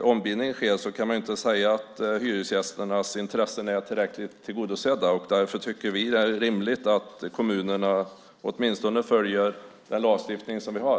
ombildningen sker kan man inte säga att hyresgästernas intressen är tillräckligt tillgodosedda. Därför tycker vi att det är rimligt att kommunerna åtminstone följer den lagstiftning som vi har.